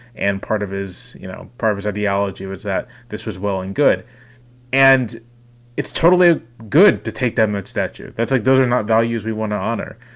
and part of his, you know, part of his ideology was that this was well and good and it's totally good to take them statue. that's like those are not values we want to honor.